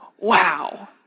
Wow